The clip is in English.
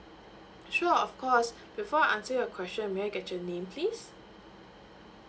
sure of course before I answer your question may I get your name please